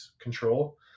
control